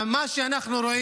ממה שאנחנו,